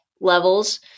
levels